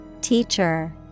Teacher